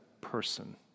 person